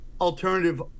alternative